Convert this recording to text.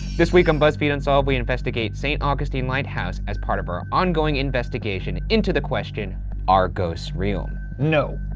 this week on buzzfeed unsolved, we investigate st. augustine lighthouse as part of our ongoing investigation into the question are ghosts real. no.